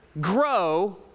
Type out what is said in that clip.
grow